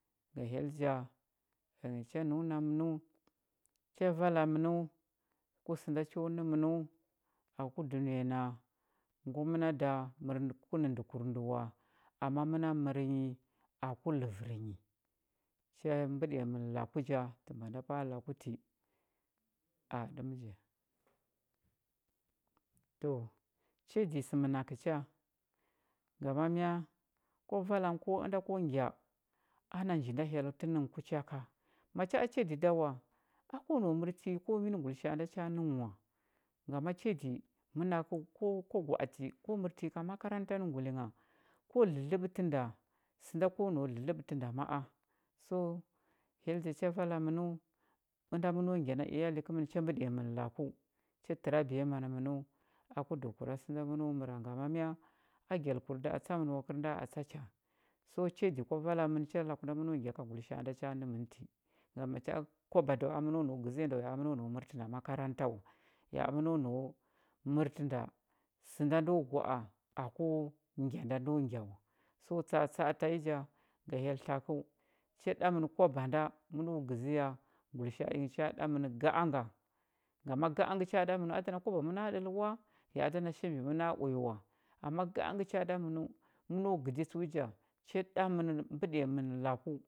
Ga hyell ja cha nəu na mənəu cha vala mənəu ku sə nda cho nə mənəu aku dunəya na ngwa məna da mər ku nə ndəkurndə wa ama məna mər nyi aku ləvər nyi cha mbəɗiya mən laku ja tə mbwa nda pa a laku ti aɗəmja to chadi sə ənakə cha ngama mya kwa vala nghə ko ənda ko ngya ana nji nda hyell tə nə nghə ku cha ka macha chadi da wa a ko nau mərtlə nyi komi nə ngulisha a nda cha nə nghə wa ngama chadi mənakəkəu ko kwa gwa atə ko mərtə yi ka makaranta nə nguli ngha ko dlədləɓətə sə nda ko nau dlədləɓətə nda ma a o hyell ja cha vala mənəu ənda məno ngya na iyali kəmən cha mbəɗiya mən laku cha təra biyaman mənəu aku dəhəkura sə nda məno məra ngama mya a gyalkur da a tsa mən wa kəl nda atsa cha so chadi kwa vala mən cha laku nda məno ngya ka ngulisha a nda cha nəməm ti ngam macha a kwaba da wa a məno nau gəziya nda ya a məno nau mərtə nda makaranta wa ya a məno nau mərtə nda sə nda ndo gwa a aku ngya nda ndo ngya wa so tsa atsa a tanyi ja ga hyell tlakəu cha ɗa məna kwaba da məno gəziya ngulisha a inə cha ɗa mə ga a nga ngama ga a ngə cha ɗa mən a a na kwaba məna ɗəl wa ya a da na shembi məna uya wa ama ga a ngə cha ɗa mənəu məno gədi tsəu ja cha ɗa mən mbəɗiya mən laku,